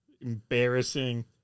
embarrassing